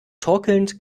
torkelnd